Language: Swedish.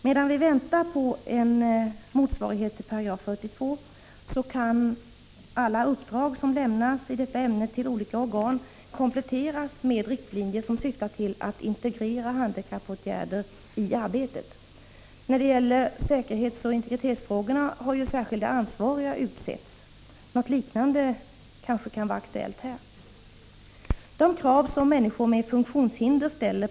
Medan vi väntar på en motsvarighet till 42 a § kan alla uppdrag som lämnas detta ämne till olika organ kompletteras med riktlinjer som syftar till att integrera handikappåtgärder i arbetet. När det gäller säkerhetsoch integritetsfrågorna har ju särskilda ansvariga utsetts. Något liknande kanske kan vara aktuellt här. De krav som människor med funktionshinder ställer på informationstek — Prot.